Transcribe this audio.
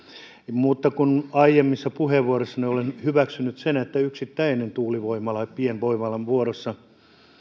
mutta kun aiemmissa puheenvuoroissani olen hyväksynyt sen että yksittäinen tuulivoimala pienvoimalan muodossa